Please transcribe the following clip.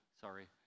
Sorry